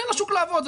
תן לשוק לעבוד,